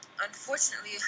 unfortunately